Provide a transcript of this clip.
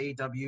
AW